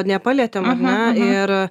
nepalietėm ar ne ir